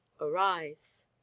arise